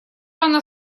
рано